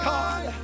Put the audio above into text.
God